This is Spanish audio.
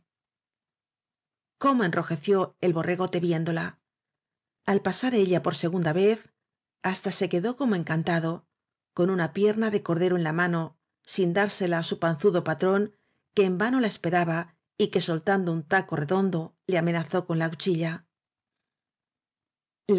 enroje ció el borregote viéndola al pasar ella por segunda vez hasta se quedó como encantado con una pierna de cordero en la mano sin dársela á su panzuda patrón que en vano la esperaba y que soltando un taco redondo le amenazó con la cuchilla